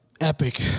epic